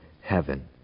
heaven